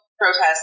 protest